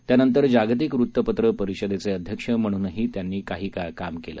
त्यानंतर जागतिक वृत्तपत्र परीषदेचे अध्यक्ष म्हणूनही त्यांनी काही काळ काम केलं